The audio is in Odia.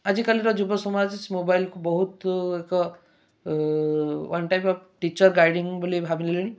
ଆଜିକାଲିର ଯୁବ ସମାଜ ମୋବାଇଲ୍କୁ ବହୁତ ଏକ one time of teacher guiding ବୋଲି ଭାବି ନେଲେଣି